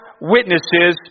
witnesses